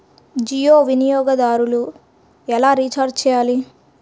జియో వినియోగదారులు ఎలా రీఛార్జ్ చేయాలి?